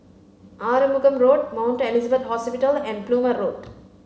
Arumugam Road Mount Elizabeth Hospital and Plumer Road